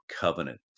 covenant